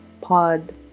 pod